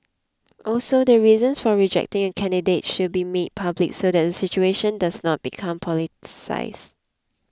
also the reasons for rejecting a candidate should be made public so that the situation does not become politicised